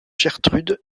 gertrude